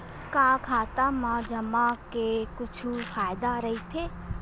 का खाता मा जमा के कुछु फ़ायदा राइथे?